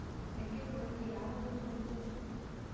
ಮೆಕ್ಕೆಜೋಳಕ್ಕೆ ಯಾವ ಹುಳ ಬರುತ್ತದೆ?